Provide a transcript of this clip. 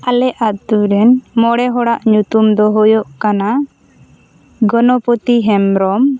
ᱟᱞᱮ ᱟᱛᱳ ᱨᱮᱱ ᱢᱚᱬᱮ ᱦᱚᱲᱟᱜ ᱧᱩᱛᱩᱢ ᱫᱚ ᱦᱩᱭᱩᱜ ᱠᱟᱱᱟ ᱜᱚᱱᱚᱯᱚᱛᱤ ᱦᱮᱢᱵᱨᱚᱢ